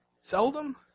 seldom